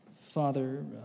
Father